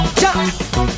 jump